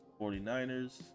49ers